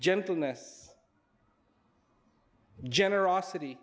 gentleness generosity